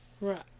right